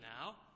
now